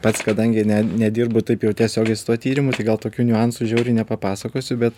pats kadangi ne nedirbu taip jau tiesiogiai su tuo tyrimu tai gal tokių niuansų žiauriai nepapasakosiu bet